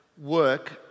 work